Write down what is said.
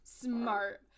Smart